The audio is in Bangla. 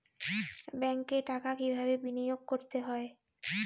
ব্যাংকে টাকা কিভাবে বিনোয়োগ করতে হয়?